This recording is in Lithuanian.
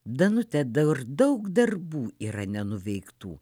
danutę dar daug darbų yra nenuveiktų